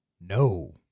No